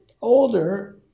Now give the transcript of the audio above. older